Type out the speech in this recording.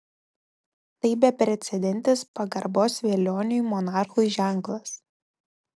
tai beprecedentis pagarbos velioniui monarchui ženklas